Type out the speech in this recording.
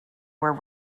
where